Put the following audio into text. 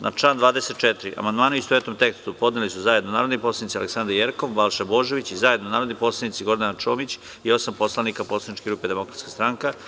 Na član 24. amandmane, u istovetnom tekstu, podneli su zajedno narodni poslanici Aleksandra Jerkov, Balša Božović i zajedno Gordana Čomić i osam poslanika Poslaničke grupe Demokratska stranka.